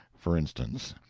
for instance.